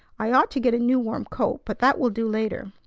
i ought to get a new warm coat, but that will do later.